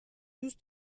دوست